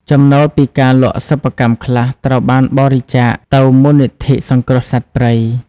ចំណូលពីការលក់សិប្បកម្មខ្លះ ត្រូវបានបរិច្ចាគទៅមូលនិធិសង្គ្រោះសត្វព្រៃ។